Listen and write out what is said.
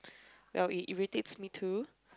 well it irritates me too